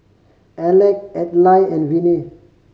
Alec Adlai and Viney